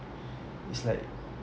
it's like